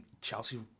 Chelsea